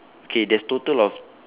okay there's total of